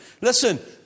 Listen